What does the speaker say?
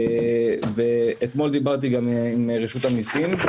אתמול דיברתי עם רשות המיסים.